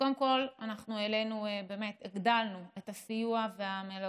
קודם כול, הגדלנו והעלינו את הסיוע והמלגות